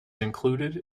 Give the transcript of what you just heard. included